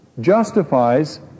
justifies